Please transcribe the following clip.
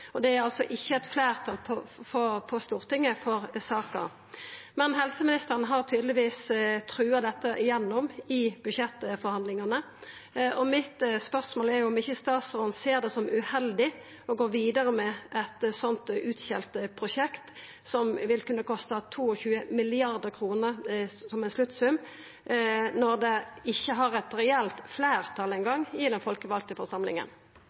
og det er ikkje fleirtal i Stortinget for saka. Men helseministeren har tydelegvis trua dette igjennom i budsjettforhandlingane. Spørsmålet mitt er om helseministeren ikkje ser det som uheldig å gå vidare med eit så utskjelt prosjekt, som vil kunna kosta 22 mrd. kr til slutt, når det ikkje eingong har eit reelt fleirtal i den folkevalde forsamlinga.